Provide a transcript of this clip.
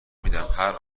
میدمهر